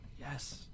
Yes